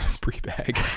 pre-bag